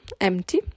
empty